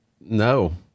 No